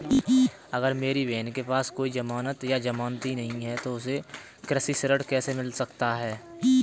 अगर मेरी बहन के पास कोई जमानत या जमानती नहीं है तो उसे कृषि ऋण कैसे मिल सकता है?